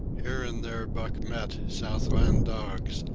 here and there buck met southland dogs,